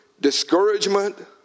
discouragement